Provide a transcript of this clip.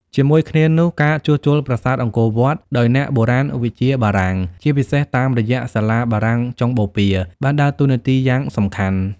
ជាមួយគ្នានោះ ការជួសជុលប្រាសាទអង្គរវត្តដោយអ្នកបុរាណវិទ្យាបារាំង ជាពិសេសតាមរយៈសាលាបារាំងចុងបូព៌ា បានដើរតួនាទីយ៉ាងសំខាន់។